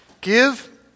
give